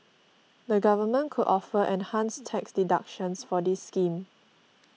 the government could offer enhanced tax deductions for this scheme